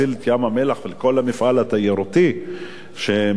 ים-המלח ואת כל המפעל התיירותי שמסביבו.